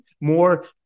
more